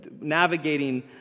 Navigating